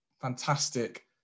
fantastic